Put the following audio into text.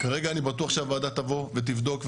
כרגע אני בטוח שהוועדה תבוא ותבדוק,